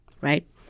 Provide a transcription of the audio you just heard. right